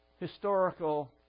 historical